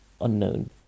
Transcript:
unknown